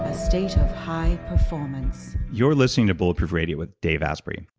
ah state of high performance you're listening to bulletproof radio with dave asprey.